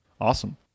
awesome